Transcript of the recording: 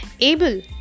able